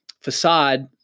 facade